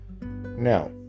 Now